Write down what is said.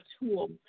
tool